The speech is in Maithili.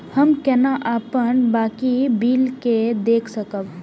हम केना अपन बाकी बिल के देख सकब?